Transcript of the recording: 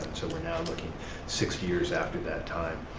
so we're now looking sixty years after that time.